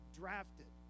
drafted